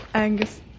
Angus